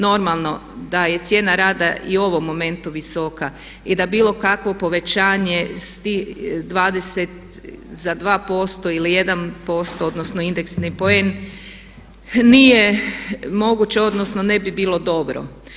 Normalno da je cijena rada i u ovom momentu visoka i da bilo kakvo povećanje s tih 20, za 2% ili 1% odnosno indeksni poen nije moguće odnosno ne bi bilo dobro.